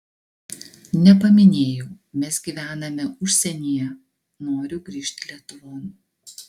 nepaminėjau mes gyvename užsienyje noriu grįžt lietuvon